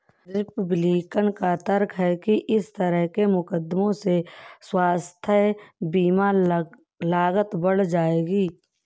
Republican का तर्क है कि इस तरह के मुकदमों से स्वास्थ्य बीमा लागत बढ़ जाएगी